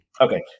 okay